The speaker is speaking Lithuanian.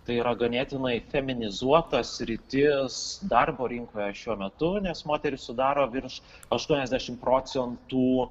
tai yra ganėtinai feminizuota sritis darbo rinkoje šiuo metu nes moterys sudaro virš aštuoniasdešimt procentų